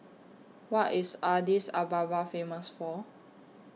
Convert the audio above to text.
What IS Addis Ababa Famous For